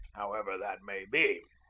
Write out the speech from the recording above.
however that may be,